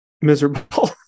miserable